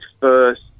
first